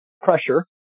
pressure